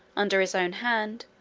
under his own hand,